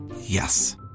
Yes